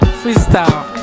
freestyle